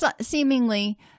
seemingly